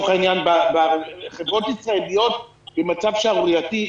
חברות ישראליות נמצאות במצב שערורייתי.